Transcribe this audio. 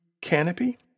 canopy